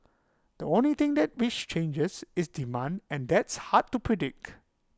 the only thing which changes is demand and that's hard to predict